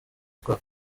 twa